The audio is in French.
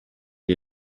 des